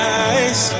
eyes